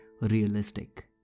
realistic